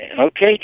Okay